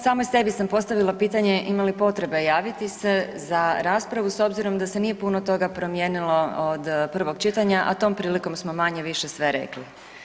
Samoj sebi sam postavila pitanje ima li potrebe javiti se za raspravu s obzirom da se nije puno toga promijenilo od prvog čitanja, a tom prilikom smo manje-više sve rekli.